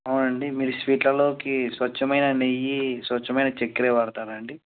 అవునండి మీరు స్వీట్లలోకి స్వచ్ఛమైన నెయ్యి స్వచ్ఛమైన చక్కెర వాడతారాండి